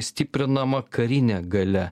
stiprinama karinė galia